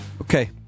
Okay